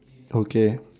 okay